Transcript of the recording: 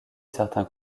certains